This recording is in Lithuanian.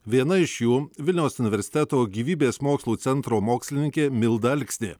viena iš jų vilniaus universiteto gyvybės mokslų centro mokslininkė milda alksnė